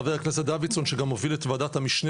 חבר הכנסת דוידסון שגם מוביל את ועדת המשנה